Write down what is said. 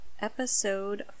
episode